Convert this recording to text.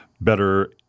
better